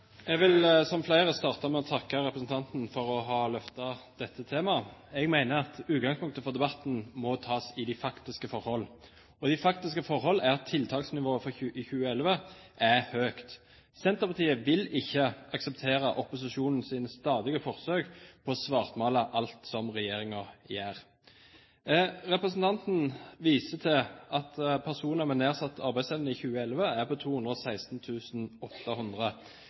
for å ha løftet dette temaet. Jeg mener at utgangspunktet for debatten må tas i de faktiske forhold. Og de faktiske forhold er at tiltaksnivået i 2011 er høyt. Senterpartiet vil ikke akseptere opposisjonens stadige forsøk på å svartmale alt som regjeringen gjør. Representanten viser til at antall personer med nedsatt arbeidsevne i 2011 er 216 800. I interpellasjonen er det oppgitt et tall på